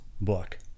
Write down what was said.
book